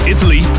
Italy